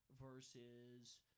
versus